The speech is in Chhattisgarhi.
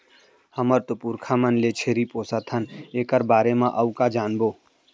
हमर तो पुरखा मन ले छेरी पोसत हन एकर बारे म अउ का जानबो?